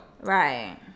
right